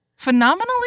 phenomenally